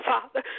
Father